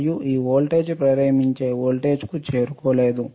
మరియు ఈ వోల్టేజ్ ప్రేరేపించే వోల్టేజ్కు చేరుకోలేదు